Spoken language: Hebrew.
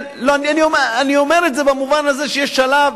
אני אומר את זה במובן הזה שיש שלב,